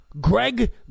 Greg